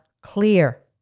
clear